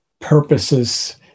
purposes